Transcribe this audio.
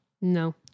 No